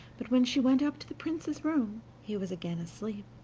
but when she went up to the prince's room he was again asleep,